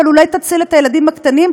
אבל אולי היא תציל את הילדים הקטנים.